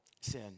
sin